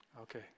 Okay